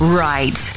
right